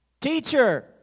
Teacher